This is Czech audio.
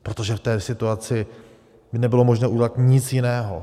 Protože v té situaci nebylo možné udělat nic jiného.